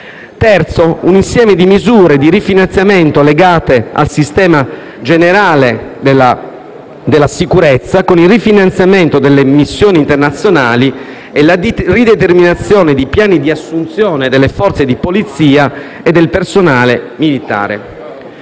cito un insieme di misure di rifinanziamento legate al sistema generale della sicurezza, con il rifinanziamento delle missioni internazionali e la rideterminazione di piani di assunzione delle forze di polizia e del personale militare.